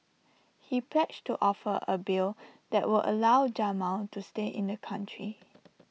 he pledged to offer A bill that would allow Jamal to stay in the country